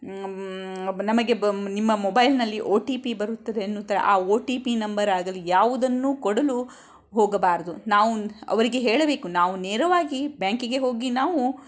ನಮಗೆ ನಿಮ್ಮ ಮೊಬೈಲ್ನಲ್ಲಿ ಒ ಟಿ ಪಿ ಬರುತ್ತದೆ ಎನ್ನುತರೆ ಆ ಒ ಟಿ ಪಿ ನಂಬರ್ ಆಗಲಿ ಯಾವುದನ್ನು ಕೊಡಲು ಹೋಗಬಾರ್ದು ನಾವು ಅವರಿಗೆ ಹೇಳಬೇಕು ನಾವು ನೇರವಾಗಿ ಬ್ಯಾಂಕಿಗೆ ಹೋಗಿ ನಾವು